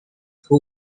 hugo